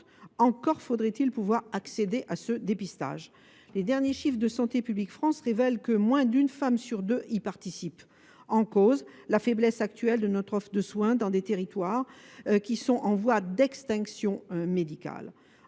encore faudrait il pouvoir accéder à ce dépistage. Les derniers chiffres de Santé publique France révèlent que moins d’une femme sur deux y participe. En cause, la faiblesse actuelle de notre offre de soins dans des territoires qui sont en voie d’extinction médicale.